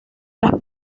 las